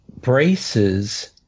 braces